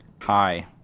Hi